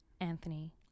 Anthony